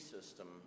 system